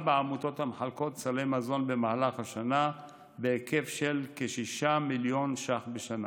בעמותות המחלקות סלי מזון במהלך השנה בהיקף של כ-6 מיליון ש"ח בשנה,